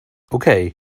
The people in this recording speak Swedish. okej